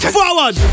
Forward